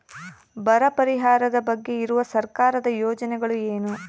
ಬರ ಪರಿಹಾರದ ಬಗ್ಗೆ ಇರುವ ಸರ್ಕಾರದ ಯೋಜನೆಗಳು ಏನು?